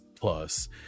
Plus